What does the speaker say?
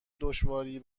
دشواری